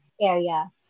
area